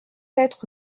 être